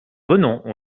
venons